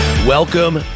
Welcome